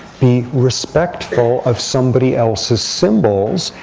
be respectful of somebody else's symbols.